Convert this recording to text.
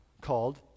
called